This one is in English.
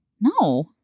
No